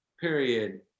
period